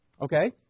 Okay